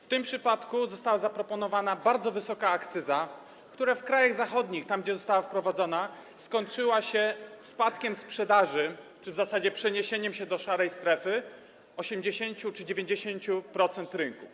W tym przypadku została zaproponowana bardzo wysoka akcyza, która w krajach zachodnich, tam, gdzie została wprowadzona, doprowadziła do spadku sprzedaży czy w zasadzie przeniesienia się do szarej strefy 80 czy 90% rynku.